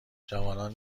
جوانان